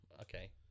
Okay